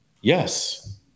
Yes